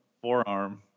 Forearm